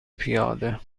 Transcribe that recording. پیاده